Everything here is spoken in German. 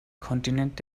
kontinent